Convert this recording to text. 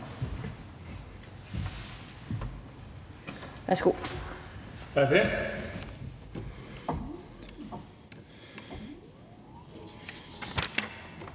Tak